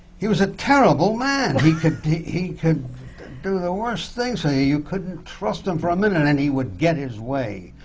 he was a terrible man! he could he could do the worst things to you. you couldn't trust him for a minute. and and he would get his way.